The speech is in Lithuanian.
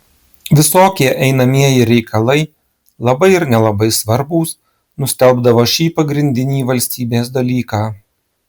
visokie einamieji reikalai labai ir nelabai svarbūs nustelbdavo šį pagrindinį valstybės dalyką